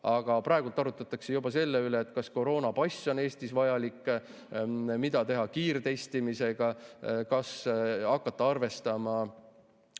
Aga praegu arutatakse juba selle üle, kas koroonapass on Eestis vajalik, mida teha kiirtestimisega, kas hakata arvestama